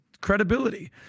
credibility